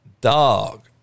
dog